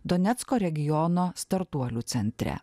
donecko regiono startuolių centre